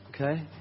Okay